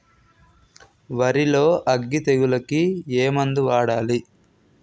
వరిలో అగ్గి తెగులకి ఏ మందు వాడాలి?